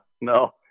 no